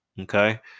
Okay